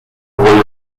royaume